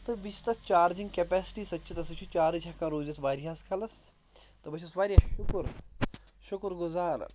تہٕ بیٚیہِ چھِ تَتھ چارجِنٛگ کٮ۪پٮ۪سِٹی سۄ تہِ چھِ تَتھ سُہ چھُ چارٕج ہٮ۪کان روٗزِتھ وارِیاہَس کَلَس تہٕ بہٕ چھُس واریاہ شُکُر شُکُر گُزار